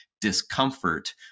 discomfort